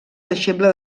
deixeble